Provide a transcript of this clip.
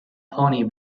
pony